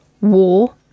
War